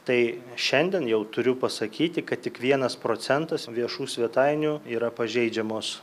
tai šiandien jau turiu pasakyti kad tik vienas procentas viešų svetainių yra pažeidžiamos